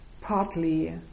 partly